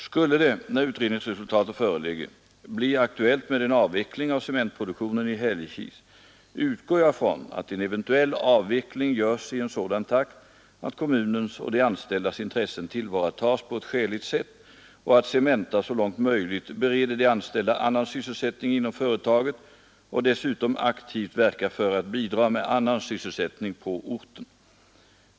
Skulle det, när utredningsresultatet föreligger, bli aktuellt med en avveckling av cementproduktionen i Hällekis, utgår jag från att en eventuell avveckling görs i en sådan takt att kommunens och de anställdas intressen tillvaratas på ett skäligt sätt och att Cementa så långt möjligt bereder de anställda annan sysselsättning inom företaget och dessutom aktivt verkar för att bidra med annan sysselsättning på orten.